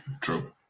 True